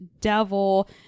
devil